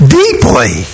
deeply